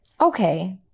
okay